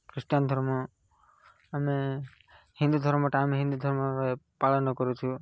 Christian ଧର୍ମ ଆମେ ହିନ୍ଦୁ ଧର୍ମଟା ଆମେ ହିନ୍ଦୁ ଧର୍ମରେ ପାଳନ କରୁଛୁ